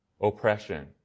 oppression